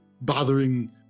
bothering